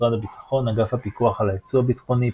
משרד הביטחון אגף הפיקוח על היצוא הביטחוני,